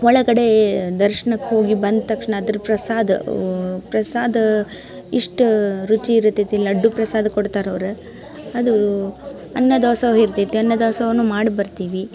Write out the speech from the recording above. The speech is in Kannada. ಒಳಗಡೆ ಏ ದರ್ಶ್ನಕ್ಕೆ ಹೋಗಿ ಬಂದ ತಕ್ಷಣ ಅದ್ರ ಪ್ರಸಾದ ಪ್ರಸಾದ ಇಷ್ಟು ರುಚಿ ಇರುತೈತಿ ಲಡ್ಡು ಪ್ರಸಾದ ಕೊಡ್ತಾರೆ ಅವರು ಅದೂ ಅನ್ನದಾಸೋಹ ಇರ್ತೈತೆ ಅನ್ನದಾಸೋಹನೂ ಮಾಡಿ ಬರ್ತೀವಿ